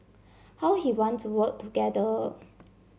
how he want to work together